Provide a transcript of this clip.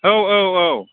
औ औ औ